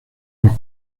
los